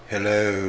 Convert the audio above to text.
Hello